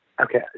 Okay